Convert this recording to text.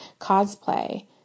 cosplay